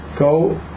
Go